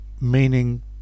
meaning